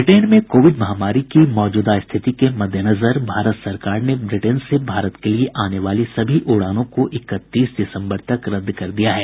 Britain में Covid महामारी की मौजूदा स्थिति के मद्देनजर भारत सरकार ने ब्रिटेन से भारत की लिए आने वाली सभी उड़ानों को इकतीस दिसम्बर तक रद्द कर दिया है